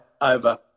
over